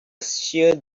shear